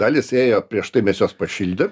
dalis ėjo prieš tai mes juos pašildėm